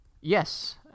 Yes